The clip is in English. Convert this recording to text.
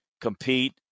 compete